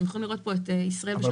אתם יכולים לראות פה את ישראל בשנת 2028